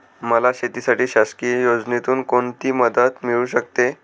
मला शेतीसाठी शासकीय योजनेतून कोणतीमदत मिळू शकते?